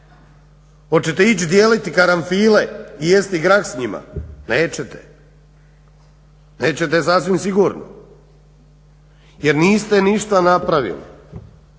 Hoćete ići dijeliti karanfile i jesti grah s njima? Nećete, nećete sasvim sigurno jer niste ništa napravili.